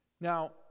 Now